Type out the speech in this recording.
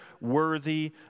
worthy